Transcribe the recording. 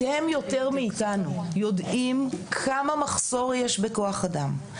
אתם יותר מאתנו יודעים כמה מחסור יש בכוח אדם.